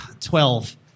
Twelve